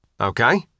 Okay